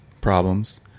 problems